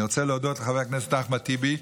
אני רוצה להודות לחבר הכנסת אחמד טיבי,